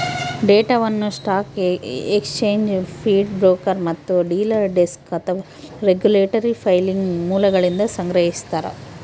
ಡೇಟಾವನ್ನು stock exchange feed broker ಮತ್ತು dealer desk ಅಥವಾ ರೆಗ್ಯುಲೇಟರಿ ಫೈಲಿಂಗ್ ಮೂಲಗಳಿಂದ ಸಂಗ್ರಹಿಸ್ತಾರ